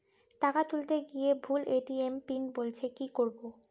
টাকা তুলতে গিয়ে ভুল এ.টি.এম পিন বলছে কি করবো?